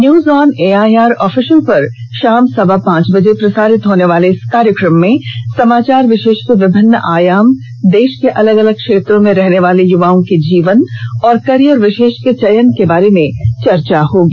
news on AIR official पर शाम सवा पांच बजे प्रसारित होने वाले इस कार्यक्रम में समाचार विशेष के विभिन्न आयाम देश के अलग अलग क्षेत्रों में रहने वाले युवाओं के जीवन और करियर विशेष के चयन के बारे में चर्चा होगी